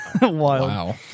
Wow